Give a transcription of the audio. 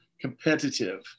competitive